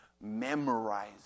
memorize